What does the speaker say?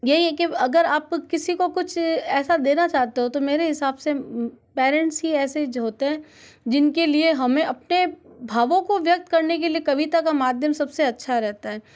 यही कि अगर आप किसी को कुछ ऐसा देना चाहते हो तो मेरे हिसाब से पेरेंट्स ही ऐसे ही होते हैं जिन के लिए हमें अपने भावों को व्यक्त करने के लिए कविता का माध्यम सब से अच्छा रहता है